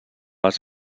les